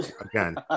again